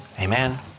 Amen